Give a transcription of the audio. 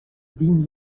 digne